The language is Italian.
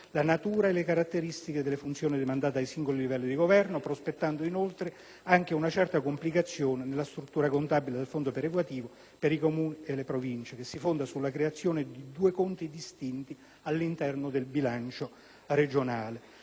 la natura e le caratteristiche delle funzioni demandate ai singoli livelli di governo prospettando inoltre anche una certa complicazione nella struttura contabile del fondo perequativo per i Comuni e le Province che si fonda sulla creazione di due conti distinti all'interno del bilancio regionale.